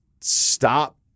stop